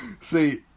See